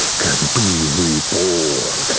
can be reborn.